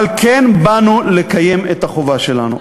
אבל כן באנו לקיים את החובה שלנו.